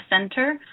center